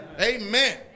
Amen